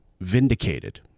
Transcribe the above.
vindicated